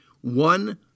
One